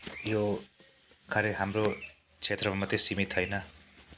यो कार्य हाम्रो क्षेत्रमा मात्रै सीमित होइन